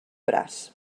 braç